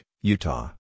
Utah